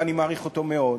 ואני מעריך אותו מאוד.